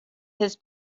his